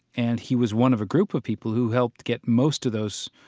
and he was one of a group of people who helped get most of those,